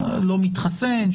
לא מתחסן,